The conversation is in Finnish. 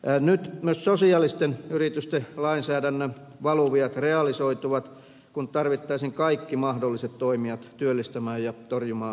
nyt myös sosiaalisten yritysten lainsäädännön valuviat realisoituvat kun tarvittaisiin kaikki mahdolliset toimijat työllistämään ja torjumaan syrjäytymistä